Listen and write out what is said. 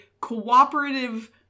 cooperative